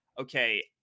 okay